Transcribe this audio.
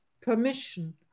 permission